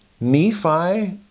Nephi